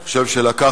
שאני חושב שלקחת